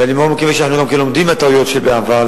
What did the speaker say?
ואני מאוד מקווה שאנחנו גם לומדים מהטעויות של העבר,